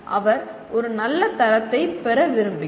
அவர் ஒரு நல்ல தரத்தைப் பெற விரும்புகிறார்